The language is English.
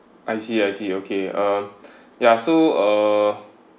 I see I see okay uh ya so uh